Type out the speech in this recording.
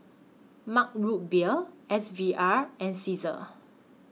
Mug Root Beer S V R and Cesar